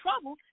trouble